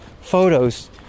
photos